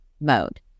mode